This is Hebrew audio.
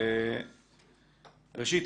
ראשית,